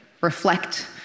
reflect